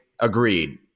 agreed